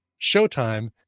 Showtime